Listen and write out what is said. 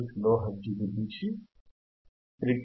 5 kilo hertz గురించి ఫ్రీక్వెన్సీకి చేరుకున్నారు